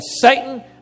Satan